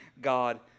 God